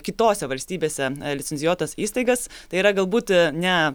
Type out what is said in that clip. kitose valstybėse licencijuotas įstaigas tai yra galbūt ne